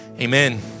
Amen